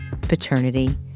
Paternity